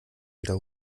wieder